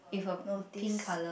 no this